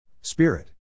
Spirit